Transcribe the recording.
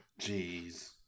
Jeez